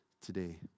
today